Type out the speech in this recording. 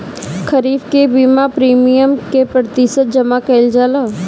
खरीफ के बीमा प्रमिएम क प्रतिशत जमा कयील जाला?